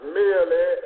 merely